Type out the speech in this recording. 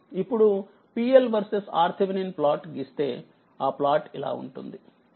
ఇప్పుడు PLమరియు RTh యొక్క ప్లాట్ గీస్తే ఆ ప్లాట్ ఇలా ఉంటుంది